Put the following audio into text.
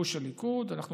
גוש הליכוד או גוש כחול לבן,